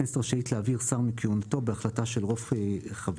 הכנסת רשאית להעביר שר מכהונתו בהחלטה של רוב חבריה,